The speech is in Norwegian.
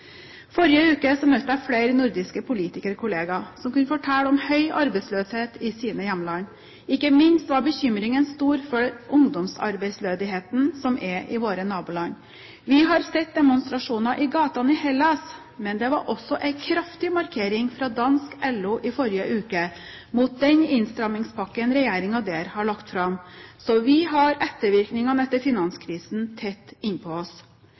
Forrige uke møtte jeg flere nordiske politikerkolleger som kunne fortelle om høy arbeidsløshet i sine hjemland. Ikke minst var bekymringen stor for ungdomsarbeidsledigheten som er i våre naboland. Vi har sett demonstrasjoner i gatene i Hellas, men det var også en kraftig markering fra dansk LO i forrige uke mot den innstrammingspakken regjeringen der har lagt fram. Så vi har ettervirkningene etter finanskrisen tett innpå oss.